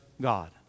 God